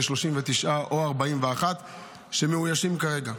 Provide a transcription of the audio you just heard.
כ-39 או 41 מאוישים כרגע.